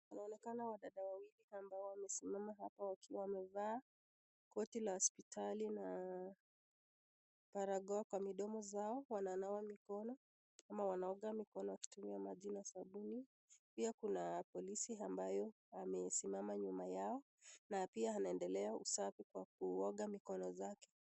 Inaonekana wadada wawili ambao wamesimama hapa wakiwa wamevaa koti la hospitali na barakoa kwa midomo zao wamenawa mikono ama wanaoga mikono wakitumia maji na sabuni, pia kuna polisi ambayo amesimama nyuma yao na pia anaendelea usafi kwa kuoga mikono zake.